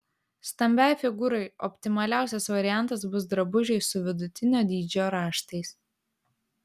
stambiai figūrai optimaliausias variantas bus drabužiai su vidutinio dydžio raštais